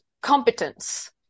competence